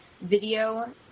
video